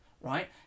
right